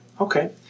Okay